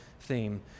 theme